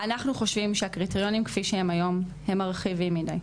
אנחנו חושבים שהקריטריונים כפי שהם היום הם מרחיבים מדי.